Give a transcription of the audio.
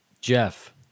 Jeff